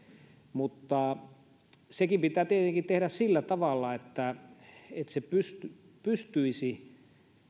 mutta sekin pitää tietenkin tehdä sillä tavalla että se pystyisi